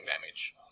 damage